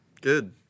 Good